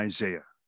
Isaiah